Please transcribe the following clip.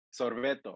sorbeto